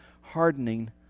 hardening